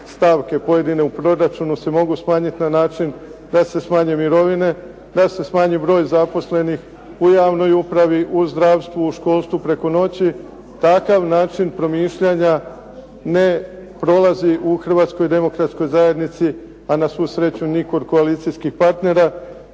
stavke pojedine u proračunu se mogu smanjiti na način da se smanje mirovine, da se smanji broj zaposlenih u javnoj upravi, u zdravstvu, u školstvu preko noći. Takav način promišljanja ne prolazi u Hrvatskoj demokratskoj zajednici, a na svu sreću ni kod koalicijskih partnera.